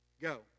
Go